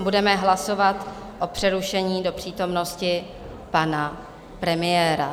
Budeme hlasovat o přerušení do přítomnosti pana premiéra.